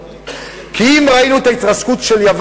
מתאימה, יהודי, ערבי, צ'רקסי,